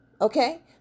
Okay